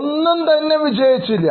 ഒന്നുംതന്നെ വിജയിച്ചില്ല